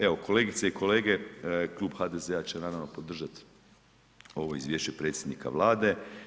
Evo, kolegice i kolege Klub HDZ-a će naravno podržati ovo izvješće predsjednika Vlade.